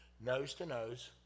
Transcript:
nose-to-nose